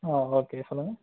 ஆ okay சொல்லுங்கள்